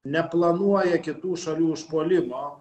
neplanuoja kitų šalių užpuolimo